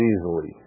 easily